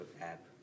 app